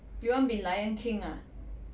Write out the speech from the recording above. you want be lion king ah